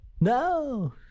No